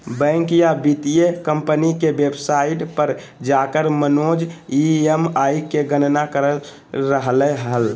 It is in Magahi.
बैंक या वित्तीय कम्पनी के वेबसाइट पर जाकर मनोज ई.एम.आई के गणना कर रहलय हल